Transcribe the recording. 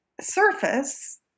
surface